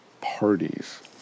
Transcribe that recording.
parties